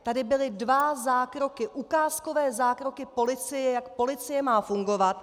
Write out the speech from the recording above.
Tady byly dva zákroky, ukázkové zákroky policie, jak policie má fungovat.